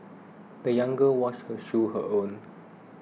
the young girl washed her shoes her own